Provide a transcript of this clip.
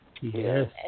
Yes